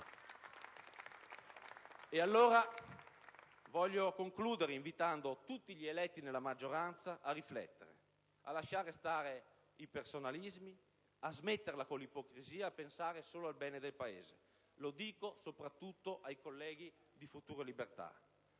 Governo).* In conclusione, invito tutti gli eletti nella maggioranza a riflettere, ad abbandonare i personalismi, a smetterla con l'ipocrisia e a pensare solo al bene del Paese. Lo dico soprattutto ai colleghi di Futuro e Libertà